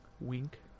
Wink